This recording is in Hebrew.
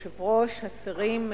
השרים,